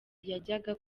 yajyaga